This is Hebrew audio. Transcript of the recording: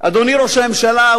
אדוני ראש הממשלה,